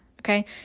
okay